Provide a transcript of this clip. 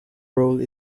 role